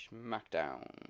smackdown